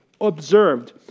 observed